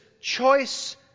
choice